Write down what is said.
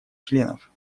членов